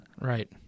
Right